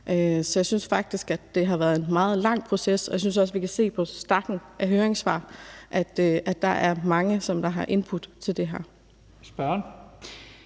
og jeg synes faktisk, at det har været en meget lang proces. Jeg synes også, at vi kan se på stakken af høringssvar, at der er mange, som har givet input til det her.